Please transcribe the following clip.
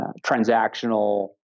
transactional